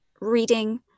reading